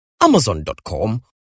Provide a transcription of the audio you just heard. Amazon.com